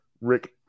Rick